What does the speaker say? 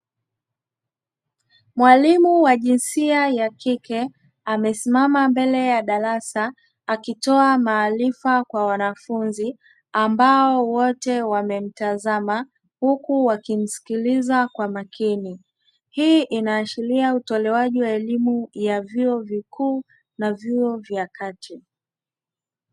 Mwalimu wa jinsia ya kike amesimama mbele ya darasa akitoa maarifa kwa wanafunzi ambao wote wamemtazama huku wakimsikiliza kwa makini. Hii inaashiria utolewaji wa elimu ya vyuo vikuu na vyuo vya kati.